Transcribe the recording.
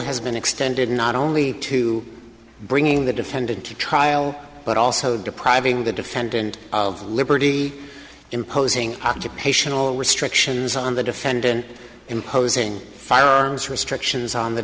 has been extended not only to bringing the defendant to trial but also depriving the defendant of liberty imposing occupational restrictions on the defendant imposing firearms restrictions on the